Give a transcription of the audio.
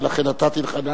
ולכן נתתי לך.